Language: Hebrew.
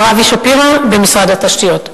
מר אבי שפירא במשרד התשתיות,